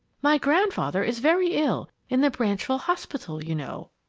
my grandfather is very ill in the branchville hospital, you know.